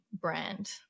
brand